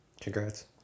Congrats